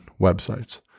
websites